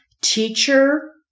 teacher